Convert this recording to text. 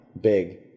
big